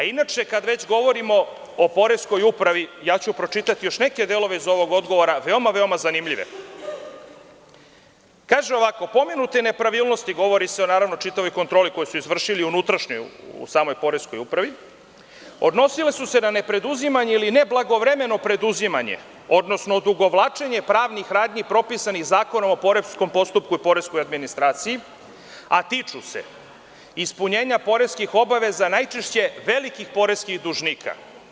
Inače, kad već govorimo o poreskoj upravi, pročitaću još neke delove iz ovog odgovora, veoma zanimljive: „Pomenute nepravilnosti – govori se o čitavoj unutrašnjoj kontroli koju su izvršili u samoj poreskoj upravi – odnosile su se na nepreduzimanje ili neblagovremeno preduzimanje odnosno odugovlačenje pravnih radnji propisanih Zakonom o poreskom postupku i poreskoj administraciji, a tiču se ispunjenja poreskih obaveza najčešće velikih poreskih dužnika.